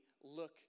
look